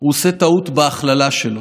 במשרד החינוך עסוקים בהנדוס תודעת ילדי ישראל.